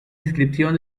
inscripción